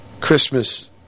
Christmas